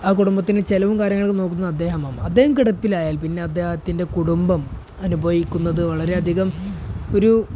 ആ കുടുംബത്തിന് ചെലവും കാര്യങ്ങളുമൊക്കെ നോക്കുന്നത് അദ്ദേഹമാകും അദ്ദേഹം കിടപ്പിലായാൽ പിന്നെ അദ്ദേഹത്തിൻ്റെ കുടുംബം അനുഭവിക്കുന്നത് വളരെയധികം ഒരു